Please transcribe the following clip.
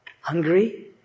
Hungry